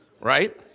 right